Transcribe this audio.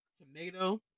tomato